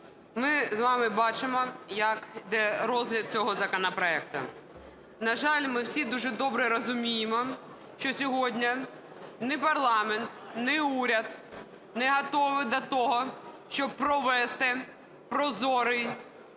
ми з вами бачимо, як йде розгляд цього законопроекту. На жаль, ми всі дуже добре розуміємо, що сьогодні ні парламент, ні уряд не готовий до того, щоб провести прозорий,